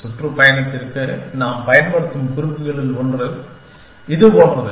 சுற்றுப்பயணத்திற்கு நாம் பயன்படுத்தும் குறிப்புகளில் ஒன்று இது போன்றது